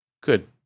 good